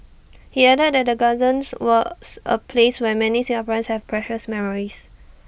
he added that the gardens was A place where many Singaporeans have precious memories